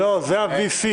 לא, זה ה-VC.